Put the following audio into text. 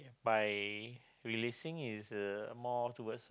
by releasing is the more towards